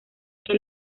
que